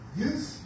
yes